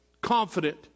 confident